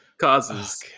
Causes